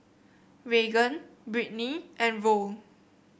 Raegan Britny and Roll